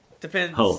Depends